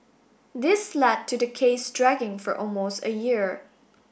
this led to the case dragging for almost a year